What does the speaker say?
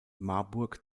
marburg